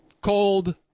cold